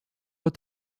but